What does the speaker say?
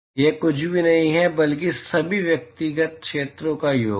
यह कुछ भी नहीं है बल्कि सभी व्यक्तिगत क्षेत्रों का योग है